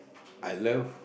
I love